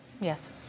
Yes